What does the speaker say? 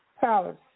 palace